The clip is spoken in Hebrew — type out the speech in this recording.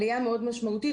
עלייה מאוד משמעותית.